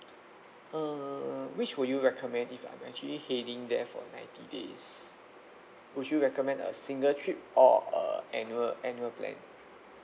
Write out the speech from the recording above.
err which would you recommend if I'm actually heading there for ninety days would you recommend a single trip or a annual annual plan